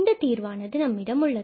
இந்த தீர்வானது நம்மிடம் உள்ளது